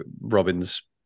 Robin's